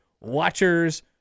watchers